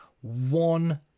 one